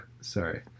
Sorry